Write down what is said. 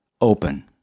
open